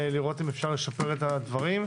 לראות אם אפשר לשפר את הדברים,